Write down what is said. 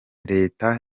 leta